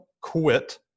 quit